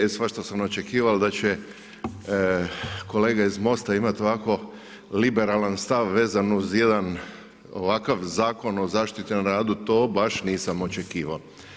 E svašta sam očekivao da će kolega iz MOST-a imat ovako liberalan stav vezan uz jedan ovakav Zakon o zaštiti na radu, to baš nisam očekivao.